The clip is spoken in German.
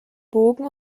bogen